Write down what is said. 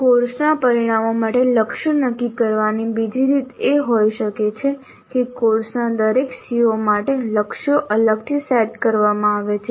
કોર્સના પરિણામો માટે લક્ષ્યો નક્કી કરવાની બીજી રીત એ હોઈ શકે છે કે કોર્સના દરેક CO માટે લક્ષ્યો અલગથી સેટ કરવામાં આવે છે